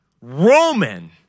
Roman